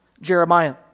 Jeremiah